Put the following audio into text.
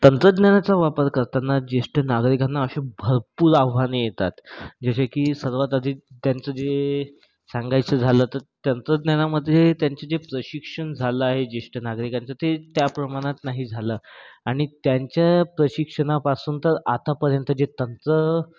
तंत्रज्ञानाचा वापर करताना ज्येष्ठ नागरिकांना असे भरपूर आव्हाने येतात जसे की सर्वात आधी त्यांचं जे सांगायचं झालं तर तंत्रज्ञानामध्ये त्यांचं जे प्रशिक्षण झालं आहे ज्येष्ठ नागरिकांचं ते त्या प्रमाणात नाही झालं आणि त्यांच्या प्रशिक्षणापासून तर आतापर्यंत जे तंत्र